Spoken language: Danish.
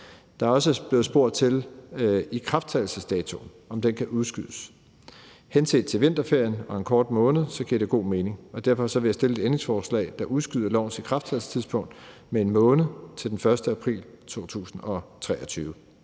Der er også blevet spurgt til ikrafttrædelsesdato, og om den kan udskydes. Henset til vinterferien og en kort måned giver det god mening. Derfor vil jeg stille et ændringsforslag, der udskyder lovens ikrafttrædelsestidspunkt med 1 måned til den 1. april 2023.